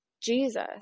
Jesus